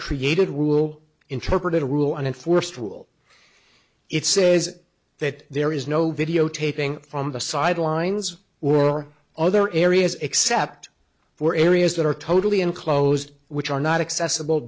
created rule interpreted a rule and enforced rule it says that there is no videotaping from the sidelines or other areas except for areas that are totally enclosed which are not accessible